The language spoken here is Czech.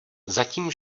zatím